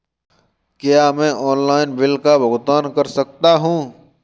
क्या मैं online bill का भुगतान कर सकता हूँ?